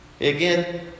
Again